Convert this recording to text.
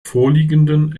vorliegenden